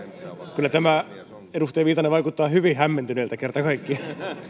kyllä edustaja viitanen vaikuttaa hyvin hämmentyneeltä kerta